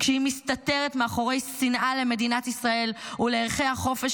שמסתתרת מאחורי שנאה למדינת ישראל ולערכי החופש